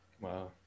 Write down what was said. Wow